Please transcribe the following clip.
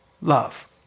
love